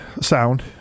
Sound